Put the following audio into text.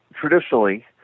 traditionally